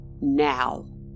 now